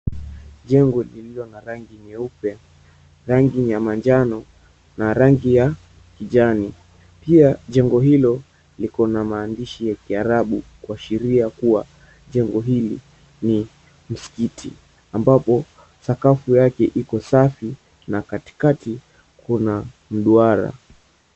Jengo lililo na rangi nyeupe, rangi ya manjano na rangi ya kijani. Pia jengo hilo liko na maandishi ya kiarabu kuashiria kuwa jengo hili ni msikiti, ambapo sakafu yake iko safi na katikati kuna mduara.